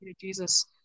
Jesus